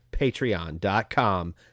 patreon.com